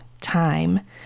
time